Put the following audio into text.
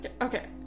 Okay